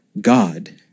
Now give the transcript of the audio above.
God